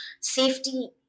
safety